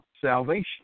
salvation